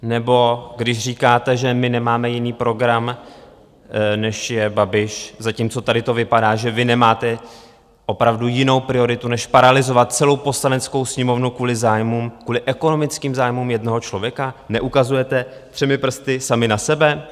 Nebo když říkáte, že my nemáme jiný program, než je Babiš, zatímco tady to vypadá, že vy nemáte opravdu jinou prioritu, než paralyzovat celou Poslaneckou sněmovnu kvůli ekonomickým zájmům jednoho člověka, neukazujete třemi prsty sami na sebe?